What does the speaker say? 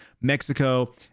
Mexico